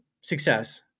success